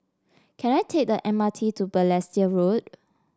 can I take the M R T to Balestier Road